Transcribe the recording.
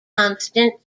constant